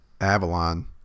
Avalon